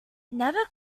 never